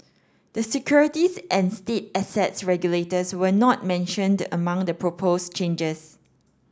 the securities and state assets regulators were not mentioned among the proposed changes